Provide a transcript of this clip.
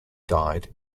died